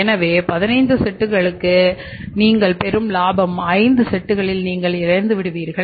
எனவே 15 செட்டுகளுக்கு நீங்கள் பெறும் லாபம் ஐந்து செட்களில் நீங்கள் இழந்துவிடுகிறீர்கள்